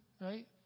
right